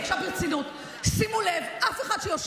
עוד עשר